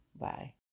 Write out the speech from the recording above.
bye